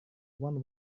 one